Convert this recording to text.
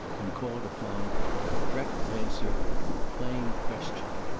and called upon for a direct answer to a plain question.